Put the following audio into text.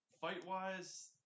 Fight-wise